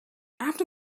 after